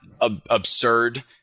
absurd